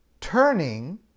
turning